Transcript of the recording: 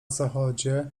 zachodzie